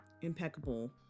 impeccable